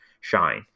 shine